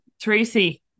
Tracy